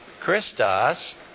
Christos